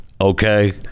okay